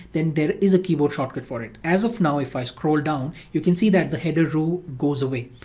then there is a keyboard shortcut for it. as of now, if i scroll down, you can see that the header row goes away,